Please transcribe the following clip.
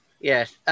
yes